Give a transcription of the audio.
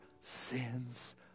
sins